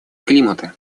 климата